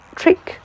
trick 。